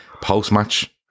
post-match